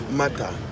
matter